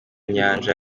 nyanja